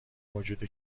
موجود